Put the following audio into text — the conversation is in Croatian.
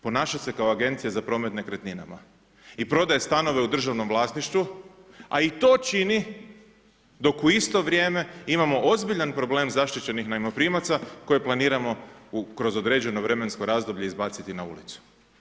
Ponaša se kao agencija za promet nekretninama i prodaje stanove u državnom vlasništvu, a i to čini dok u isto vrijeme imamo ozbiljan problem zaštićenih najmoprimaca koje planiramo kroz određeno vremensko razdoblje izbaciti na ulicu.